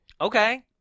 Okay